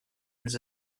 his